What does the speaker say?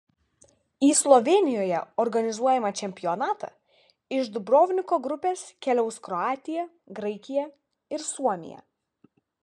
į slovėnijoje organizuojamą čempionatą iš dubrovniko grupės keliaus kroatija graikija ir suomija